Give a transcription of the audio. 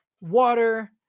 Water